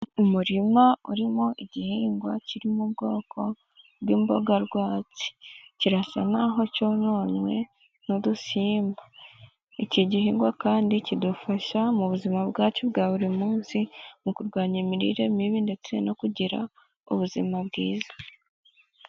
Umurima urimo igihingwa, kiri mu bwoko bw'imboga rwatsi, kirasa nkaho cyononwe n'udusimba. Iki gihingwa kandi kidufasha mu buzima bwacu bwa buri munsi, mu kurwanya imirire mibi, ndetse no kugira ubuzima bwiza.